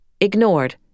ignored